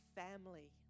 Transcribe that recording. family